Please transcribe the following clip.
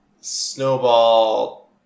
Snowball